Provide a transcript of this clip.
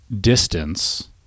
distance